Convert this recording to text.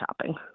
shopping